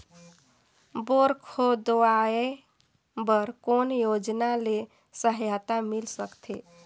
Bore खोदवाय बर कौन योजना ले सहायता मिल सकथे?